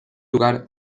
lugar